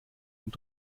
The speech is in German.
und